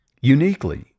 uniquely